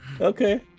Okay